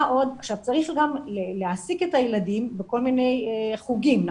מה עוד, צריך גם להעסיק את הילדים בכל מיני חוגים.